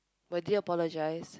but dear apologize